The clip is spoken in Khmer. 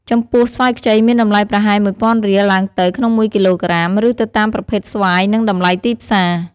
ចំពោះ ស្វាយខ្ចីមានតម្លៃប្រហែល១ពាន់រៀលឡើងទៅក្នុងមួយគីឡូក្រាម ឬទៅតាមប្រភេទស្វាយនិងតម្លៃទីផ្សារ។